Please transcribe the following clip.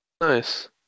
Nice